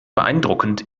beeindruckend